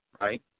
right